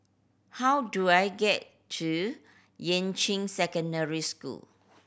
how do I get to Yuan Ching Secondary School